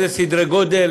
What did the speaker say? איזה סדרי גודל